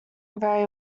very